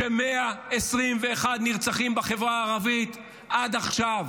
כשיש 121 נרצחים בחברה הערבית עד עכשיו?